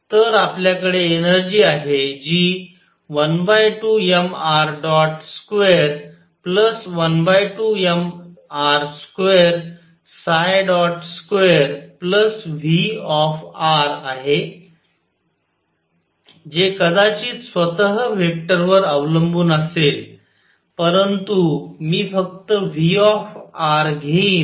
तर आपल्याकडे एनर्जी आहे जी 12mr212mr22 V आहे जे कदाचित स्वतः वेक्टरवर अवलंबून असेल परंतु मी फक्त V घेईन